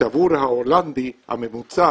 שעבור ההולנדי הממוצע